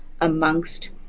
amongst